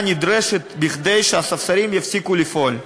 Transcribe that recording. הנדרשת כדי שהספסרים יפסיקו לפעול.